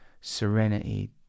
serenity